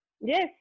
Yes